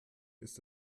ist